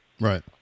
Right